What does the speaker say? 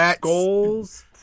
goals